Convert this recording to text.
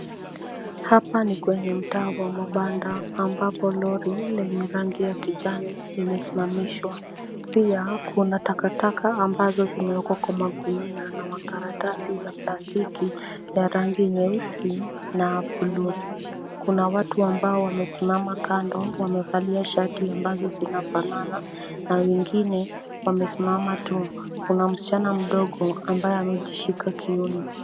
Hapa ni kwenye mtaa wa mabanda ambapo lori lenye rangi ya kijani limesimamishwa. Pia kuna takataka ambazo zimewekwa kwa magunia na makaratasi ya plastiki ya rangi nyeusi na buluu. Kuna watu ambao wamesimama kando wamevalia shati ambazo zinafanana na wengine wamesimama tu. Kuna msichana mdogo ambaye amejishika kiuno.